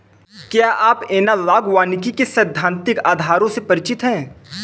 क्या आप एनालॉग वानिकी के सैद्धांतिक आधारों से परिचित हैं?